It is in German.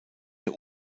der